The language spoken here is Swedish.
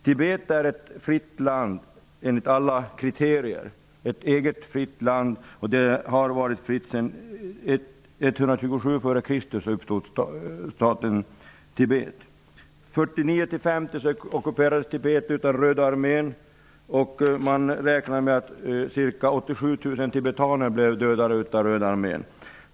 Tibet är enligt alla kriterier ett fritt land, ett eget, fritt land, som har varit fritt sedan år 127 f.Kr., då staten Tibet uppstod. Åren 1949--1950 ockuperades Tibet av Röda armén, och man räknar med att ca 87 000 tibetaner blev dödade av Röda armén.